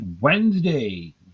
Wednesday